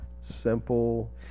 simple